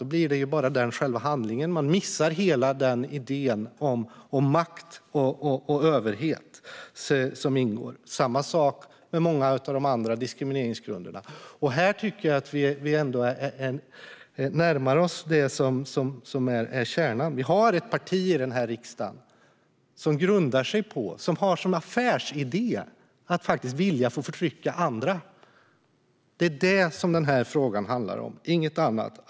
Då blir den bara själva handlingen, och man missar hela idén om makt och överhet som ingår. Samma sak gäller många av de andra diskrimineringsgrunderna. Här tycker jag att vi närmar oss det som är kärnan. Vi har ett parti i denna riksdag som grundar sig på och har som affärsidé att vilja få förtrycka andra. Det är vad denna fråga handlar om, ingenting annat.